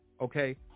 Okay